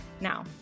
Now